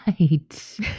right